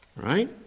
right